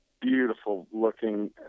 Beautiful-looking